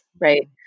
right